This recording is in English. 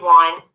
one